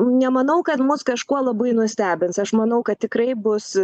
nemanau kad mus kažkuo labai nustebins aš manau kad tikrai bus